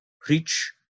preach